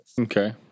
Okay